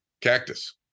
Cactus